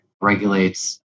regulates